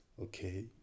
okay